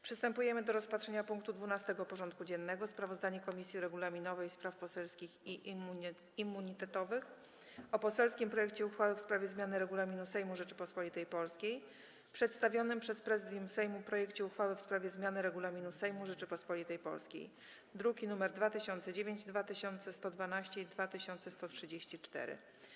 Przystępujemy do rozpatrzenia punktu 12. porządku dziennego: Sprawozdanie Komisji Regulaminowej, Spraw Poselskich i Immunitetowych o: - poselskim projekcie uchwały w sprawie zmiany Regulaminu Sejmu Rzeczypospolitej Polskiej, - przedstawionym przez Prezydium Sejmu projekcie uchwały w sprawie zmiany Regulaminu Sejmu Rzeczypospolitej Polskiej (druki nr 2009, 2112 i 2134)